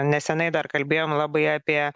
nesenai dar kalbėjom labai apie